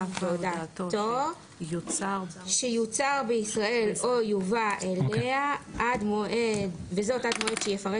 בהודעתו שיוצר בישראל או יובא אליה וזאת עד מועד שיפרט